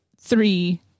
three